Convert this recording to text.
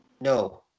No